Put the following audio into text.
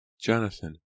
Jonathan